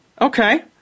Okay